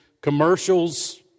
commercials